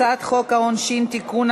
הצעת חוק העונשין (תיקון,